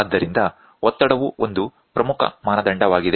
ಆದ್ದರಿಂದ ಒತ್ತಡವು ಒಂದು ಪ್ರಮುಖ ಮಾನದಂಡವಾಗಿದೆ